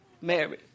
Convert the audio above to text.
Married